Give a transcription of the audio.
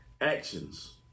actions